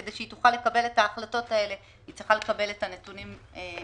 כדי שהיא שתוכל לקבל את ההחלטות האלו היא צריכה לקבל את הנתונים מראש.